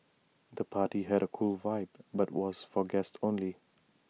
the party had A cool vibe but was for guests only